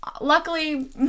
luckily